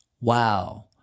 Wow